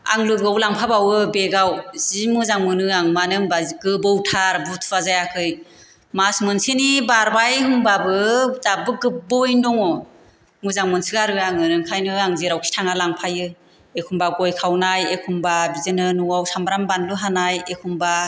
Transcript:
आं लोगोआव लांफा बावो बेगआव जि मोजां मोनो आं मानो होमबा गोबोवथार बुथुवा जायाखै मास मोनसेनि बारबाय होमबाबो दाबो गोबोवयैनो दङ मोजां मोनसोगारो आङो ओंखायनो आङो जेरावखि थाङा लांफायो एखम्बा गय खावनाय एखम्बा बिदिनो न'आव सामब्राम बानलु हानाय एखम्बा